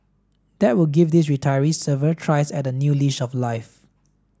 that would give these retirees several tries at a new leash of life